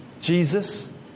Jesus